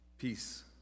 peace